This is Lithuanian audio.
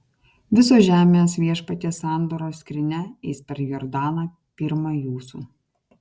visos žemės viešpaties sandoros skrynia eis per jordaną pirma jūsų